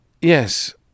yes